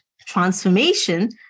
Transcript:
transformation